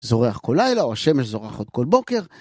זורח כל לילה, או השמש זורחת כל בוקר.